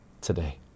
today